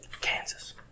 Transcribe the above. Kansas